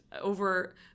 over